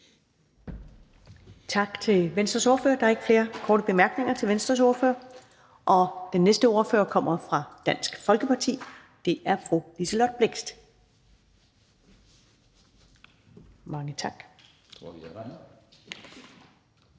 Tak til Venstres ordfører. Der er ikke flere korte bemærkninger til Venstres ordfører. Den næste ordfører kommer fra Dansk Folkeparti. Det er fru Liselott Blixt. Kl.